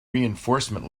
reinforcement